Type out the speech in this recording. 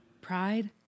Pride